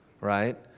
right